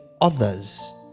others